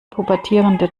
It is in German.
pubertierende